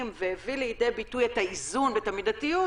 והביא לידי ביטוי את האיזון ואת המידתיות,